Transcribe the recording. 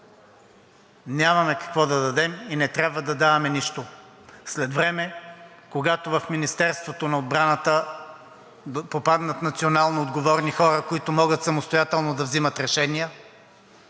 Нямаме какво да дадем и не трябва да даваме нищо. След време, когато в Министерството на отбраната попаднат националноотговорни хора, които могат самостоятелно да взимат решения,